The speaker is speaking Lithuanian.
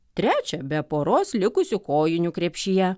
trečią be poros likusių kojinių krepšyje